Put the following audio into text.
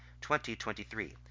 2023